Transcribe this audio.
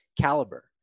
caliber